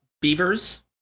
beavers